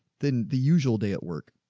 than the usual day at work.